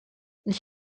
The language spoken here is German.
ich